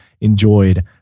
enjoyed